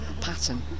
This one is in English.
pattern